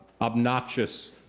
obnoxious